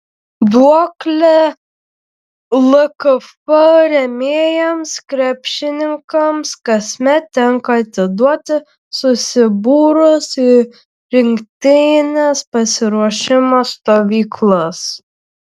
duoklę lkf rėmėjams krepšininkams kasmet tenka atiduoti susibūrus į rinktinės pasiruošimo stovyklas